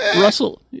Russell